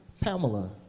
Pamela